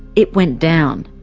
it went down.